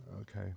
okay